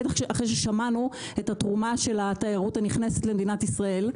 בטח אחריש שמענו את התרומה של התיירות הנכנסת למדינת ישראל.